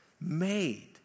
made